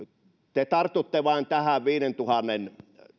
te tartutte vain tähän viidentuhannen